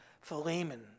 Philemon